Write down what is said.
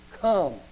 come